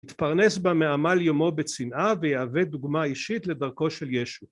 התפרנס בה מעמל יומו בצנעה, ויהווה דוגמה אישית לדרכו של ישו.